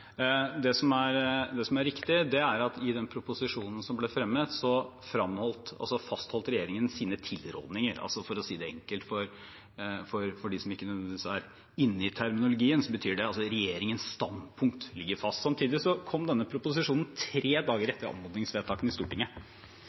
Det som er riktig, er at i den proposisjonen som ble fremmet, fastholdt regjeringen sine tidligere holdninger. For å si det enkelt – for dem som ikke nødvendigvis er inne i terminologien – betyr det at regjeringens standpunkt ligger fast. Samtidig kom denne proposisjonen tre dager etter anmodningsvedtakene i Stortinget.